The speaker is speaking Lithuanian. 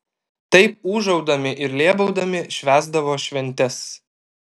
taip ūžaudami ir lėbaudami švęsdavo šventes